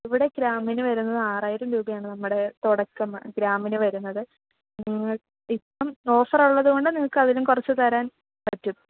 ഇവിടെ ഗ്രാമിന് വരുന്നത് ആറായിരം രൂപയാണ് നമ്മുടെ തുടക്കം ഗ്രാമിന് വരുന്നത് നിങ്ങൾ ഇപ്പം ഓഫറൊള്ളത് കൊണ്ട് നിങ്ങൾക്ക് അതിലും കുറച്ച് തരാന് പറ്റും